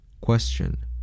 Question